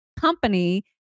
company